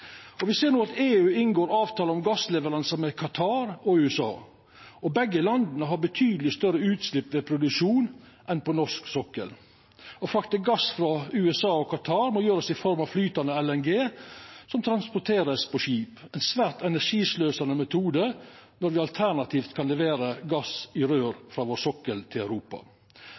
ser no at EU inngår avtaler om gassleveransar med Qatar og USA, og begge landa har betydeleg større utslepp ved produksjon enn på norsk sokkel. Å frakta gass frå USA og Qatar må gjerast i form av flytande LNG, som blir transportert på skip – ei svært energisløsande metode når me alternativt kan levera gass i rør frå sokkelen vår til Europa.